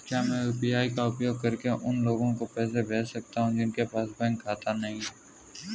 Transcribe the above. क्या मैं यू.पी.आई का उपयोग करके उन लोगों को पैसे भेज सकता हूँ जिनके पास बैंक खाता नहीं है?